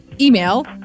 email